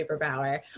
superpower